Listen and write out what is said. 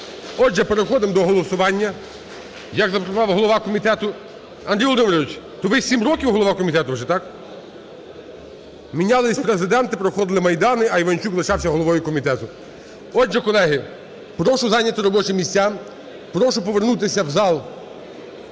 Отже, переходимо до голосування, як запропонував голова комітету. Андрій Володимирович, ви 7 років голова комітету вже, так? Мінялись президенти, проходили майдани, а Іванчук лишався головою комітету. Отже, колеги, прошу зайняти робочі місця. Прошу повернутися в зал